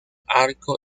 arco